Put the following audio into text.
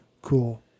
cool